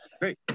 Great